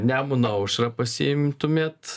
nemuno aušrą pasiimtumėt